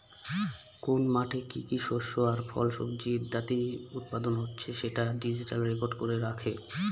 কোন মাঠে কি কি শস্য আর ফল, সবজি ইত্যাদি উৎপাদন হচ্ছে সেটা ডিজিটালি রেকর্ড করে রাখে